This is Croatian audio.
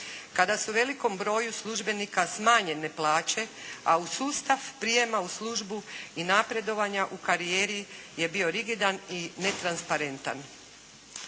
kada su velikom broju službenika smanjenje plaće, a u sustav prijema u službi i napredovanja u karijeri je bio rigidan i netransparentan.